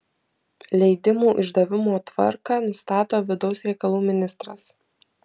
leidimų išdavimo tvarką nustato vidaus reikalų ministras